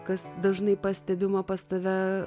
kas dažnai pastebima pas tave